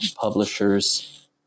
publishers